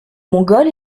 mongol